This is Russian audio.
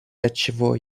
отчего